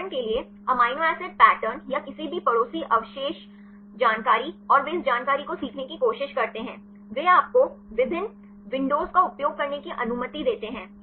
उदाहरण के लिए अमीनो एसिड पैटर्न या किसी भी पड़ोसी अवशेष जानकारी और वे इस जानकारी को सीखने की कोशिश करते हैं वे आपको विभिन्न विंडोज का उपयोग करने की अनुमति देते हैं